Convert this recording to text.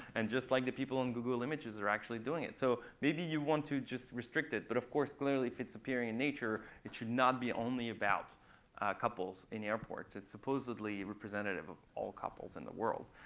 and just like the people in google images they are actually doing it. so maybe you want to just restrict it. but of course clearly if it's appearing in nature, it should not be only about couples in airports. it's supposedly representative of all couples in the world.